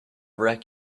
wreck